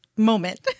Moment